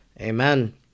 Amen